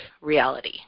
reality